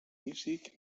music